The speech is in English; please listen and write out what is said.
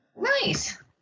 nice